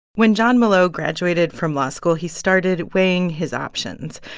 when jon molot graduated from law school, he started weighing his options.